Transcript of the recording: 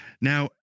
Now